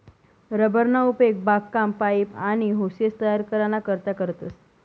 rubber ना उपेग बागकाम, पाइप, आनी होसेस तयार कराना करता करतस